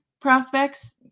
prospects